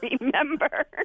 remember